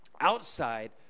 outside